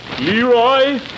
Leroy